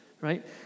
right